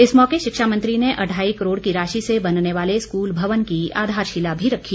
इस मौके शिक्षा मंत्री ने अढाई करोड़ की राशि से बनने वाले स्कूल भवन की आधारशिला भी रखी